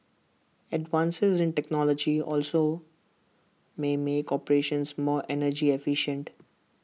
advances in technology also may make operations more energy efficient